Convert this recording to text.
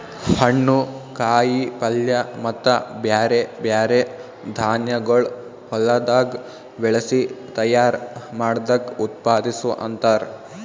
ಹಣ್ಣು, ಕಾಯಿ ಪಲ್ಯ ಮತ್ತ ಬ್ಯಾರೆ ಬ್ಯಾರೆ ಧಾನ್ಯಗೊಳ್ ಹೊಲದಾಗ್ ಬೆಳಸಿ ತೈಯಾರ್ ಮಾಡ್ದಕ್ ಉತ್ಪಾದಿಸು ಅಂತಾರ್